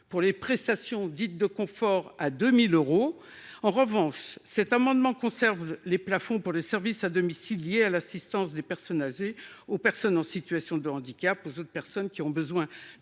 pour les prestations dites de confort. En revanche, nous entendons conserver les plafonds pour les services à domicile liés à l’assistance des personnes âgées, des personnes en situation de handicap et des autres personnes qui ont besoin